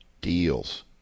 deals